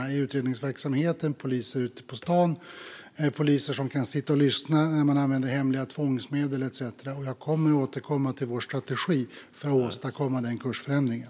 Jag tänker på utredningsverksamheten, poliser ute på stan, poliser som kan sitta och lyssna när man använder hemliga tvångsmedel etcetera. Jag kommer att återkomma till vår strategi för att åstadkomma den kursändringen.